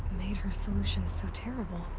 made her solution so terrible?